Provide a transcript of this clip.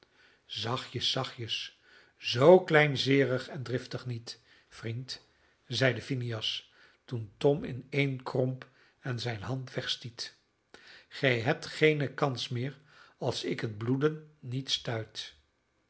zachtjes zachtjes zoo kleinzeerig en driftig niet vriend zeide phineas toen tom ineenkromp en zijn hand wegstiet gij hebt geene kans meer als ik het bloeden niet stuit